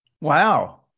Wow